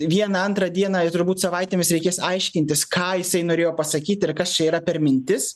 vieną antrą dieną ir turbūt savaitėmis reikės aiškintis ką jisai norėjo pasakyt ir kas čia yra per mintis